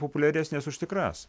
populiaresnės už tikras